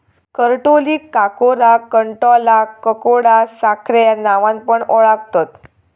करटोलीक काकोरा, कंटॉला, ककोडा सार्ख्या नावान पण ओळाखतत